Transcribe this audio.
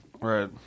Right